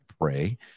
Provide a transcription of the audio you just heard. pray